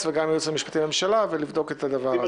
וגם עם היועץ המשפטי לממשלה ולבדוק את הדבר הזה.